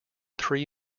three